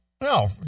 No